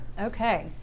okay